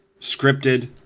scripted